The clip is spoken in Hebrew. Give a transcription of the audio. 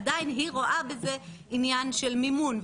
עדיין היא רואה בזה עניין של מימון.